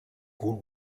would